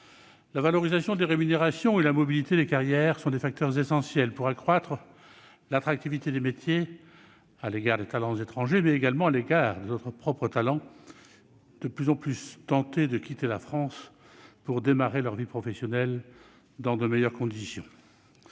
La valorisation des rémunérations et la mobilité des carrières sont des facteurs essentiels pour accroître l'attractivité des métiers à l'égard non seulement des talents étrangers, mais également de nos propres talents, de plus en plus tentés de quitter la France pour démarrer leur vie professionnelle dans de meilleures conditions.